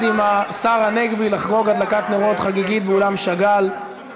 עם השר הנגבי לחגוג הדלקת נרות חגיגית באולם שאגאל.